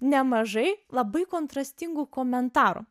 nemažai labai kontrastingų komentarų